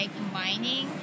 combining